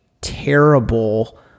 terrible